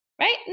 right